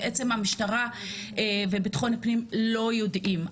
המשטרה וביטחון הפנים בעצם לא יודעים.